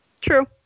True